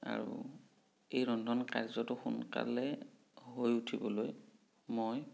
আৰু এই ৰন্ধন কাৰ্য্যটো সোনকালে হৈ উঠিবলৈ মই